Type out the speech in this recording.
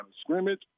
scrimmage